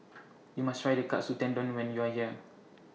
YOU must Try The Katsu Tendon when YOU Are here